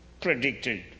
predicted